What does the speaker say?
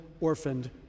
orphaned